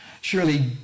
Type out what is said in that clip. Surely